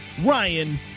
Ryan